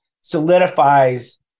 solidifies